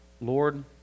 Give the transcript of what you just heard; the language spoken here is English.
Lord